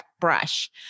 brush